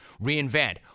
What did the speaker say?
reinvent